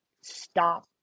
stop